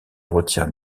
retient